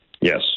Yes